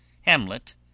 Hamlet